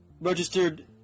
Registered